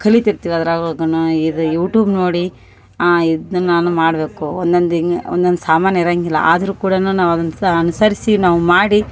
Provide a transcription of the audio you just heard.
ಕಲಿತಿರ್ತೀವಿ ಅದ್ರಾಗ ಒಗುನು ಇದು ಯುಟೂಬ್ ನೋಡಿ ಆ ಇದ್ನ ನಾನು ಮಾಡಬೇಕು ಒನ್ನೊಂದು ಹಿಂಗ್ ಒನ್ನೊಂದು ಸಾಮಾನು ಇರಂಗಿಲ್ಲ ಆದರೂ ಕೂಡನು ನಾವು ಅದನ್ನ ಸಾ ಅನುಸರಿಸಿ ನಾವು ಮಾಡಿ